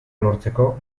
lortzeko